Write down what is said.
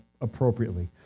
appropriately